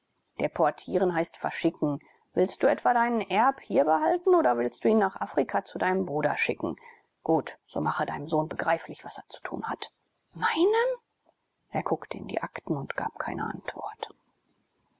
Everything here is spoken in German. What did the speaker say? deportieren heißt verschicken willst du etwa deinen erb hier behalten oder willst du ihn nach afrika zu deinem bruder schicken gut so mache deinem sohn begreiflich was er zu tun hat meinem er guckte in die akten und gab keine antwort